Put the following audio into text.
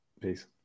Peace